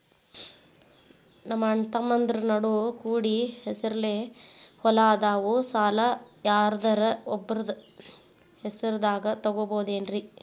ನಮ್ಮಅಣ್ಣತಮ್ಮಂದ್ರ ನಡು ಕೂಡಿ ಹೆಸರಲೆ ಹೊಲಾ ಅದಾವು, ಸಾಲ ಯಾರ್ದರ ಒಬ್ಬರ ಹೆಸರದಾಗ ತಗೋಬೋದೇನ್ರಿ?